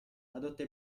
adotta